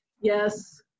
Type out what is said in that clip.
yes